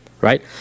right